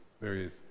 various